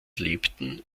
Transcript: lebten